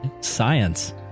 Science